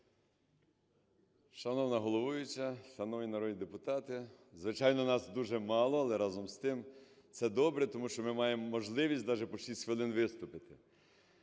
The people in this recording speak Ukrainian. Шановна головуюча! Шановні народні депутати! Звичайно, нас дуже мало, але, разом з тим, це добре, тому що ми маємо можливість даже по 6 хвилин виступити.